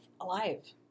alive